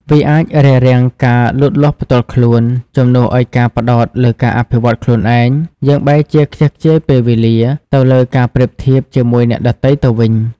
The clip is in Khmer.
វាអាចរារាំងការលូតលាស់ផ្ទាល់ខ្លួន ជំនួសឲ្យការផ្តោតលើការអភិវឌ្ឍខ្លួនឯង យើងបែរជាខ្ជះខ្ជាយពេលវេលា ទៅលើការប្រៀបធៀបជាមួយអ្នកដទៃទៅវិញ។